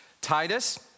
Titus